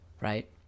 right